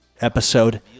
episode